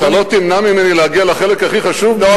אתה לא תמנע ממני להגיע לחלק הכי חשוב בנאומי.